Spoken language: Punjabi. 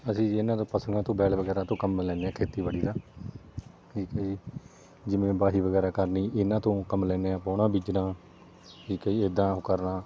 ਅਸੀਂ ਜੀ ਇਹਨਾਂ ਤੋਂ ਪਸ਼ੂਆਂ ਤੋਂ ਬੈਲ ਵਗੈਰਾ ਤੋਂ ਕੰਮ ਲੈਂਦੇ ਹਾਂ ਖੇਤੀਬਾੜੀ ਦਾ ਠੀਕ ਹੈ ਜੀ ਜਿਵੇਂ ਵਾਹੀ ਵਗੈਰਾ ਕਰਨੀ ਇਹਨਾਂ ਤੋਂ ਕੰਮ ਲੈਂਦੇ ਹਾਂ ਆਪਾਂ ਵਾਹੁਣਾ ਬੀਜਣਾ ਠੀਕ ਹੈ ਜੀ ਇੱਦਾਂ ਉਹ ਕਰਨਾ